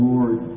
Lord